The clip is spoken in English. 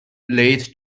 late